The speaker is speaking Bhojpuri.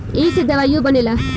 ऐइसे दवाइयो बनेला